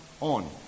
on